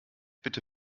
bitte